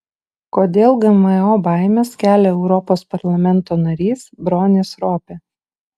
kodėl gmo baimes kelia europos parlamento narys bronis ropė